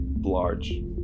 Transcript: large